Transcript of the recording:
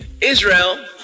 Israel